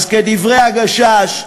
אז כדברי "הגשש":